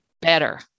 better